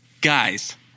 Guys